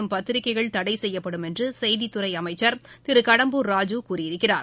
தமிழகத்தில் பத்திரிகைகள் தடைசெய்யப்படும் என்றுசெய்தித்துறைஅமைச்சர் திருகடம்பூர் ராஜூ கூறியிருக்கிறார்